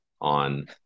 on